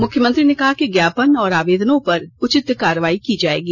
मुख्यमंत्री ने कहा कि ज्ञापन और आवेदनों पर उचित कार्रवाई की जाएगी